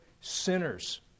sinners